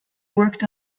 worked